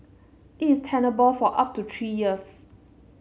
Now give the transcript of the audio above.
it is tenable for up to three years